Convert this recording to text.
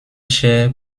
cher